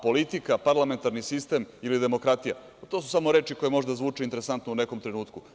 Politika, parlamentarni sistem ili demokratija, to su samo reči koje možda zvuče interesantno u nekom trenutku.